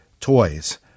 toys